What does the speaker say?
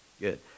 good